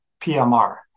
PMR